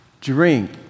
Drink